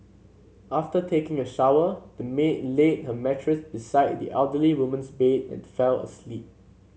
after taking a shower the maid laid her mattress beside the elderly woman's bed and fell asleep